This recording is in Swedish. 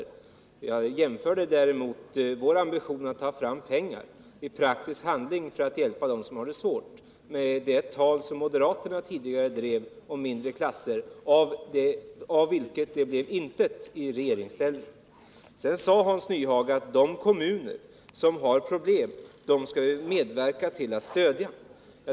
Däremot jämförde jag vår ambition att i praktisk handling ta fram pengar för att hjälpa dem som har det svårt med det tal som moderaterna tidigare drev om mindre klasser, av vilket det blev intet i regeringsställning. Sedan sade Hans Nyhage att de kommuner som har problem skall vi medverka till att stödja.